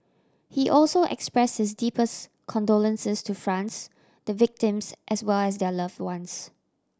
he also express his deepest condolences to France the victims as well as their love ones